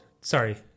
sorry